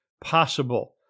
possible